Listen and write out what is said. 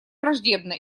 враждебно